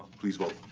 please vote.